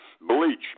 bleach